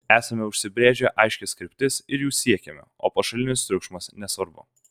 esame užsibrėžę aiškias kryptis ir jų siekiame o pašalinis triukšmas nesvarbu